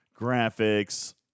graphics